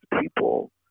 people